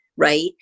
Right